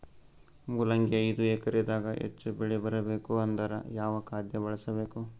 ಮೊಲಂಗಿ ಐದು ಎಕರೆ ದಾಗ ಹೆಚ್ಚ ಬೆಳಿ ಬರಬೇಕು ಅಂದರ ಯಾವ ಖಾದ್ಯ ಬಳಸಬೇಕು?